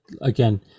again